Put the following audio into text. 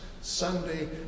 Sunday